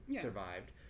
survived